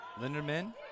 Linderman